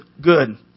good